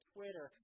Twitter